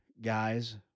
guys